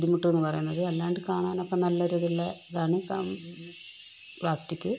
ബുദ്ധിമുട്ട് എന്ന് പറയുന്നത് അല്ലാണ്ട് കാണാനൊക്കെ നല്ലൊരു ഇതുള്ള ഇതാണ് പ്ലാസ്റ്റിക്